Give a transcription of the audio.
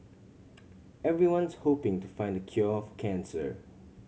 everyone's hoping to find the cure for cancer